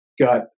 got